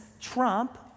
trump